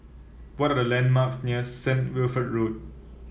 what are the landmarks near St Wilfred Road